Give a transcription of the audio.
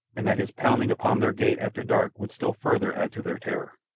and that his pounding upon their gate after dark would still further add to their terror.